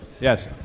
Yes